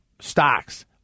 stocks